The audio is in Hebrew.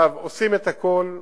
עושים הכול,